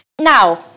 Now